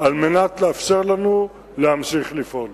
על מנת לאפשר לנו להמשיך לפעול.